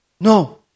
No